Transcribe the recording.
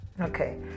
Okay